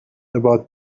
about